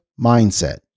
mindset